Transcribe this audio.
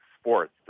sports